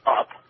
up